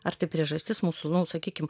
ar tai priežastis mūsų nu sakykim